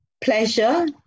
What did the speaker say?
pleasure